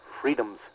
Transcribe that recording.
freedoms